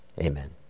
Amen